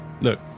look